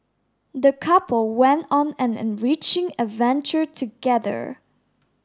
the couple went on an enriching adventure together